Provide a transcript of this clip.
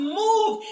move